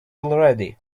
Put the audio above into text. already